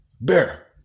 Bear